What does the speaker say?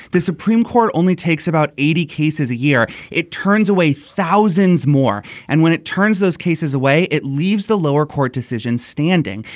the supreme court only takes about eighty cases a year. it turns away thousands more. and when it turns those cases away it leaves the lower court decisions standing.